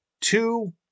two